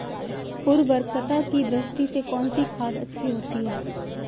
उर्वरकता की दृष्टि से कौनसी खाद अच्छी होती है?